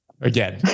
again